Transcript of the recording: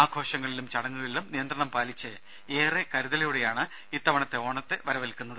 ആഘോഷങ്ങളിലും ചടങ്ങുകളിലും നിയന്ത്രണം പാലിച്ച് ഏറെ കരുതലോടെയാണ് ഇത്തവണ ഓണത്തെ വരവേൽക്കുന്നത്